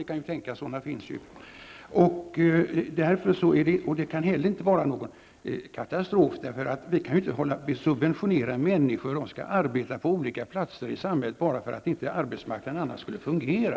Det kan ju tänkas, för sådana finns ju. Det kan ju inte heller vara fråga om någon katastrof, eftersom man inte kan subventionera att människor skall arbeta på olika platser i samhället bara för att arbetsmarknaden inte annars skulle fungera.